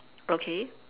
okay